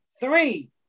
three